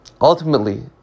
ultimately